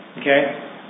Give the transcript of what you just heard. Okay